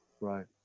Right